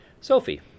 Sophie